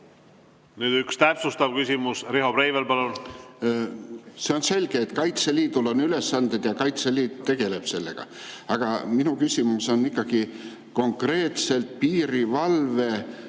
Nüüd üks täpsustav küsimus. Riho Breivel, palun! See on selge, et Kaitseliidul on ülesanded ja Kaitseliit tegeleb nendega. Aga minu küsimus on ikkagi konkreetselt piirivalve